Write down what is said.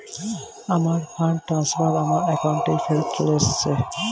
আমার fund transfer আমার অ্যাকাউন্টেই ফেরত চলে এসেছে